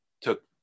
took